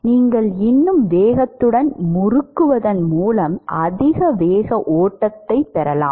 நீங்கள் இன்னும் வேகத்துடன் முறுக்குவதன் மூலம் அதிக வேக ஓட்டத்தைப் பெறலாம்